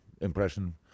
impression